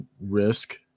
risk